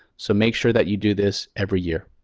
so make sure that you do this every year.